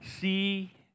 see